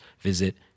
visit